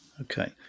okay